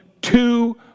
two